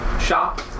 shop